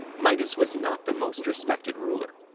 midas was not the most respected ruler.